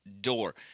door